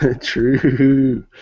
True